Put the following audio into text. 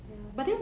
ya